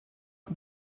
est